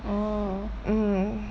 orh